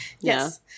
Yes